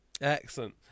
excellent